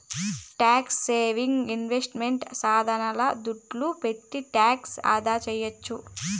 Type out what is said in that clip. tax saving investment సాధనాల దుడ్డు పెట్టి టాక్స్ ఆదాసేయొచ్చు